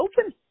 open